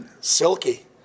Silky